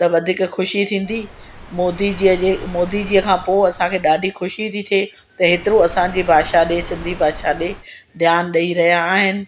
त वधीक ख़ुशी थींदी मोदी जी अॼ मोदी जी खां पोइ असांखे ॾाढी ख़ुशी थी थिए त एतिरो असांजी भाषा ॾिए सिंधी भाषा ॾिए ध्यानु ॾेई रहिया आहिनि